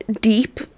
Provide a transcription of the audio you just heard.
deep